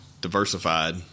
diversified